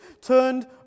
turned